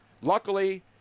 Luckily